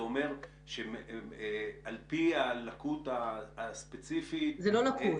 זה אומר שעל פי הלקות הספציפית --- זו לא לקות.